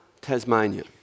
Tasmania